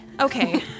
Okay